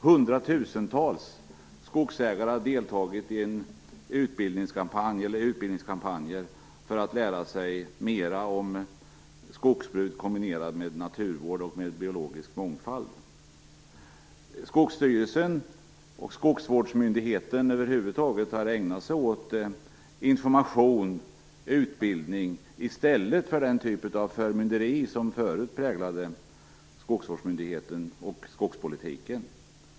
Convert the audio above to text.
Hundratusentals skogsägare har deltagit i utbildningskampanjer för att lära sig mera om skogsbruk kombinerat med naturvård och biologisk mångfald. Skogsstyrelsen och skogsvårdsmyndigheten över huvud taget har ägnat sig åt information och utbildning i stället för den typ av förmynderi som tidigare präglade skogspolitiken.